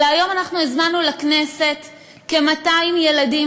אלא הזמנו לכנסת כ-200 ילדים,